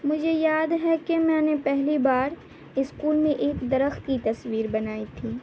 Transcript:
مجھے یاد ہے کہ میں نے پہلی بار اسکول میں ایک درخت کی تصویر بنائی تھی